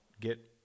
get